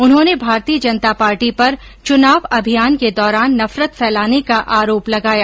उन्होंने भारतीय जनता पार्टी पर चुनाव अभियान के दौरान नफरत फैलाने का आरोप लगाया